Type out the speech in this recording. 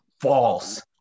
false